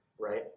Right